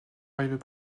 arrivés